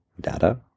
data